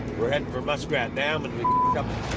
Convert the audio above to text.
we're heading for muskrat dam and we up.